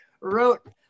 wrote